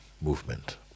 movement